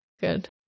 good